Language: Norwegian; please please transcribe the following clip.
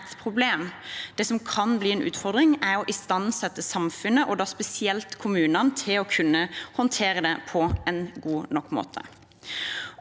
Det som kan bli en utfordring, er å istandsette samfunnet, og da spesielt kommunene, til å kunne håndtere det på en god nok måte.